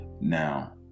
now